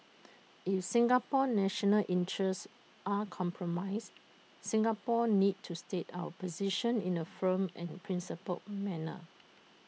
if Singapore's national interests are compromised Singapore needs to state our position in A firm and principled manner